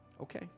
okay